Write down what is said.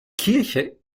kirche